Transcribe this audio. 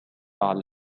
على